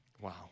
Wow